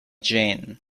jeanne